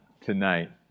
tonight